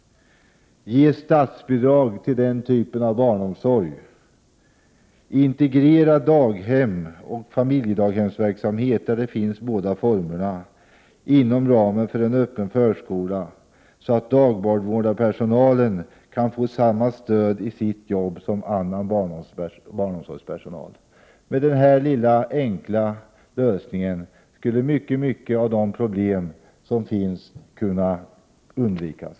Ge statsbidrag till den typen av barnomsorg. Integrera daghemsoch familjedaghemsverksamhet — där båda formerna finns — inom ramen för en öppen förskola, så att dagbarnvårdarpersonalen kan få samma stöd i sitt arbete som annan barnomsorgspersonal. Med den här lilla enkla lösningen skulle många av problemen kunna undvikas.